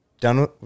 done